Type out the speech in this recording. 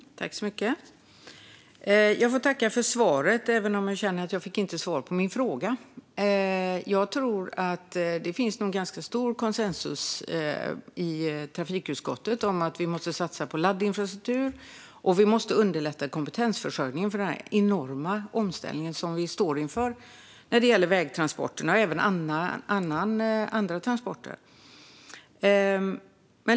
Fru talman! Jag får tacka för svaret, även om jag inte fick svar på min fråga. Det råder nog ganska stor konsensus i trafikutskottet om att vi måste satsa på laddinfrastruktur och underlätta kompetensförsörjningen för den enorma omställning som vi står inför när det gäller vägtransporterna och även andra transporter.